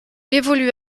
évolue